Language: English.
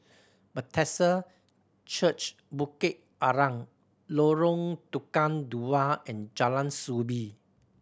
Bethesda Church Bukit Arang Lorong Tukang Dua and Jalan Soo Bee